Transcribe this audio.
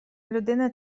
людина